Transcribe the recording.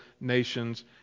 nations